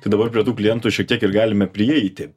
tai dabar prie tų klientų šiek tiek ir galime prieiti